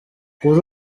kuri